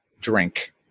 drink